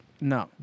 No